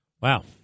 Wow